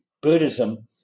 Buddhism